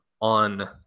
on